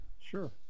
Sure